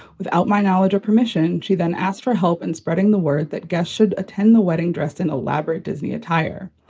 without my knowledge or permission, she then asked for help in and spreading the word that guests should attend the wedding dressed in elaborate disney attire.